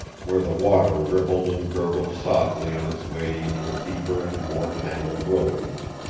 where the water rippled and gurgled softly on its way into a deeper and more tangled wilderness.